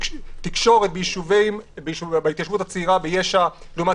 תקשורת בהתיישבות הצעירה ביש"ע לעומת